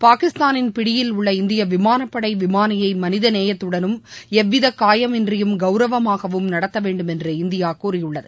பாகிஸ்தானின் பிடியில் உள்ள இந்திய விமானப்படை விமானியை மனித நேயத்துடனும் எந்தவித காயமின்றியும் கவுரவமாகவும் நடத்த வேண்டும் என்று இந்தியா கூறியுள்ளது